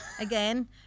again